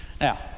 Now